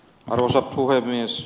arvoisa puhemies